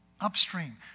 upstream